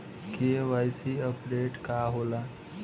KYC updation का होला?